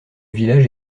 village